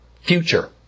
future